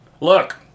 Look